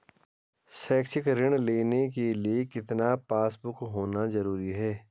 शैक्षिक ऋण लेने के लिए कितना पासबुक होना जरूरी है?